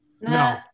No